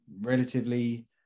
relatively